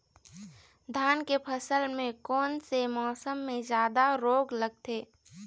धान के फसल मे कोन से मौसम मे जादा रोग लगथे?